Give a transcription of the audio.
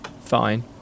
fine